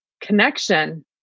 connection